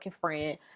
friend